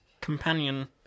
companion